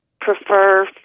prefer